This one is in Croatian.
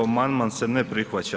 Amandman se ne prihvaća.